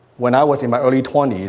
when i was in my early twenty s,